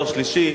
תואר שלישי,